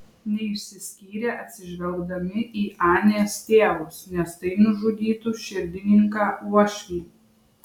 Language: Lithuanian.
neišsiskyrė atsižvelgdami į anės tėvus nes tai nužudytų širdininką uošvį